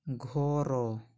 ଘର